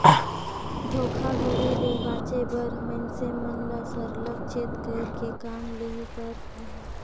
धोखाघड़ी ले बाचे बर मइनसे मन ल सरलग चेत कइर के काम लेहे कर अहे